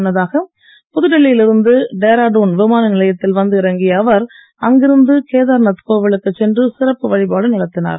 முன்னதாக புதுடில்லியில் இருந்து டேராடூன் விமான நிலையத்தில் வந்து இறங்கிய அவர் அங்கிருந்து கேதார்நாத் கோவிலுக்குச் சென்று சிறப்பு வழிபாடு நடத்தினார்